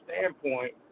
standpoint